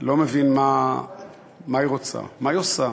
לא מבין מה היא רוצה, מה היא עושה